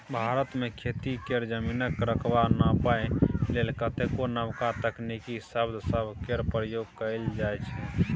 भारत मे खेती केर जमीनक रकबा नापइ लेल कतेको नबका तकनीकी शब्द सब केर प्रयोग कएल जाइ छै